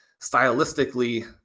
stylistically